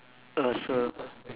oh so